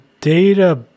data